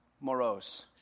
Morose